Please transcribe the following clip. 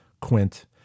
Quint